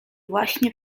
właśnie